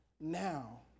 now